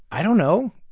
i don't know.